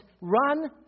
run